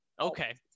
Okay